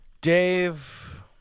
Dave